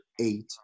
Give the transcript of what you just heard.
eight